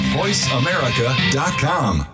voiceamerica.com